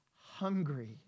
hungry